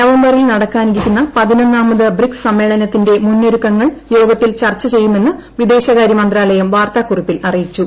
നവംബറിൽ നടക്കാനിരിക്കുന്ന പതിനൊന്നാമത് ബ്രിക്സ് സമ്മേളനത്തിന്റെ മുന്നൊരുക്കങ്ങൾ യോഗത്തിൽ ചർച്ച ചെയ്യുമെന്ന് വിദേശകാരൃ മന്ത്രാലയം വാർത്താ കുറുപ്പിൽ അറിയിച്ചു